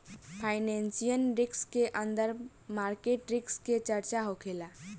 financial risk के अंदर market risk के चर्चा होखेला